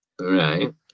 Right